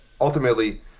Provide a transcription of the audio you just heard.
ultimately